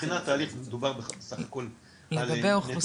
מבחינת תהליך מדובר בסך הכל על נתונים